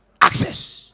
access